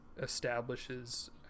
establishes